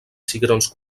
cigrons